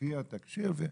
לפי התקשי"ר.